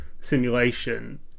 simulation